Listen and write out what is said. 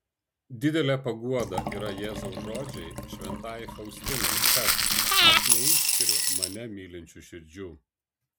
didelė paguoda yra jėzaus žodžiai šventajai faustinai kad aš neišskiriu mane mylinčių širdžių